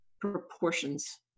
proportions